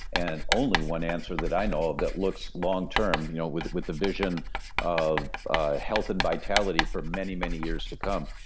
and only one answer that i know of that looks long term, you know with with the vision of health and vitality for many, many years to come.